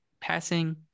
passing